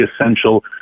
essential